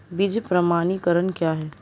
बीज प्रमाणीकरण क्या है?